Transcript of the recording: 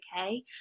okay